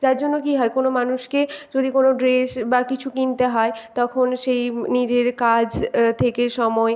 যার জন্য কী হয় কোনো মানুষকে যদি কোনো ড্রেস বা কিছু কিনতে হয় তখন সেই নিজের কাজ থেকে সময়